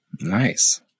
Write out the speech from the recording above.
Nice